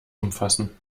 umfassen